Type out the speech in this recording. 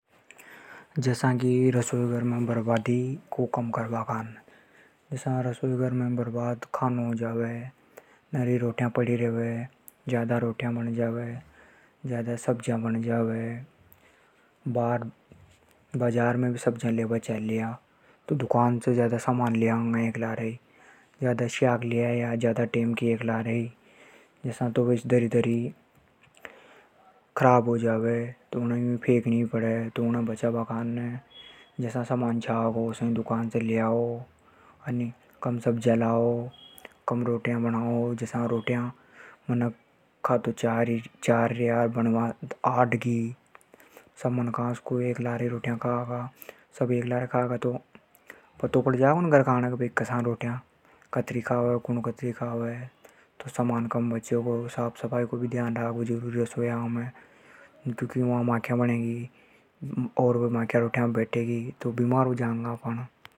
रसोई में खाना की बर्बादी रोक बा काने। नरी रोटियां पड़ी रेवे। ज्यादा रोटियां बण जा। बाजार में से ज्यादा साग सब्जी ले आया तो वे धरी धरी खराब हो जावे। उणे फेकनी पड़े। तो जतरो छावे उतरो ही लानी चाहिए। जतनी रोटियां खावे उतनी ही बनानी छावे।